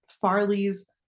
Farley's